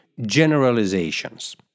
generalizations